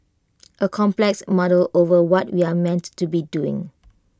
A complex muddle over what we're meant to be doing